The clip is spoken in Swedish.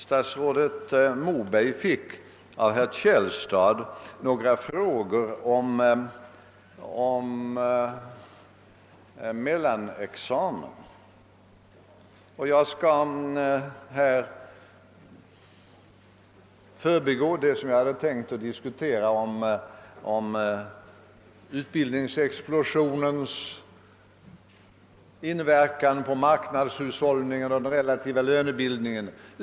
Statsrådet Moberg fick av herr Källstad några frågor om mellanexamen. Jag skall här förbigå det som jag hade tänkt att diskutera om utbildningsexplosionens inverkan på marknadshushållningen och den relativa lönebildningen.